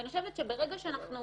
ואני חושבת שברגע שאנחנו